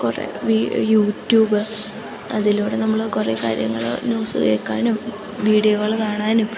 കുറേ യൂറ്റ്യൂബ് അതിലൂടെ നമ്മൾ കുറേ കാര്യങ്ങൾ ന്യൂസ് കേൾക്കാനും വീഡിയോകൾ കാണാനും